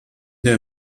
der